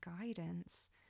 guidance